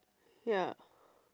ya